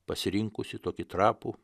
pasirinkusi tokį trapų